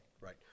right